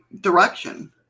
direction